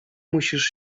musisz